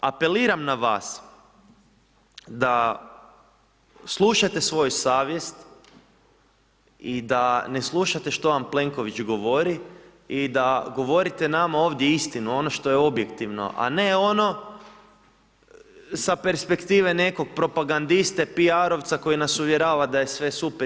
Apeliram na vas da slušate svoju savjest i da ne slušate što vam Plenković govori i da govorite nama ovdje istinu, ono što je objektivno, a ne ono sa perspektive nekog propagandiste, pijarovca koji nas uvjerava da je sve super.